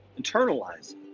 Internalize